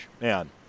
man